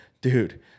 dude